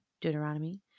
Deuteronomy